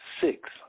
Six